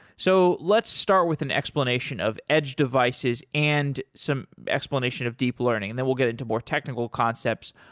so let's start with an explanation of edge devices and some explanation of deep learning and then we'll get into more technical concepts.